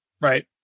right